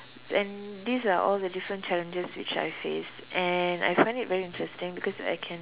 and these are all the different challenges which I face and I find it very interesting because I can